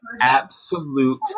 Absolute